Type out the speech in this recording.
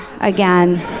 again